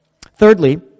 Thirdly